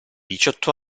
diciotto